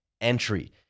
entry